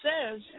says